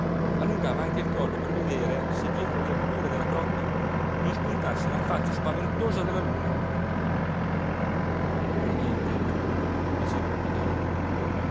allungava anche il collo per vedere se dietro le alture della crocca non spuntasse la faccia spaventosa della luna ancora niente diceva alle due donne